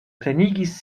plenigis